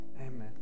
Amen